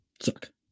suck